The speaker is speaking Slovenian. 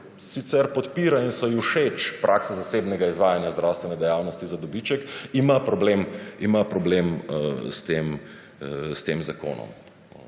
sicer podpira in so ji všeč prakse zasebnega izvajanja zdravstvene dejavnosti za dobiček, ima problem s tem zakonom.